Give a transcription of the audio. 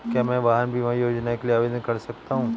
क्या मैं वाहन बीमा योजना के लिए आवेदन कर सकता हूँ?